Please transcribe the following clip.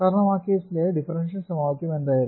കാരണം ആ കേസിലെ ഡിഫറൻഷ്യൽ സമവാക്യം എന്തായിരുന്നു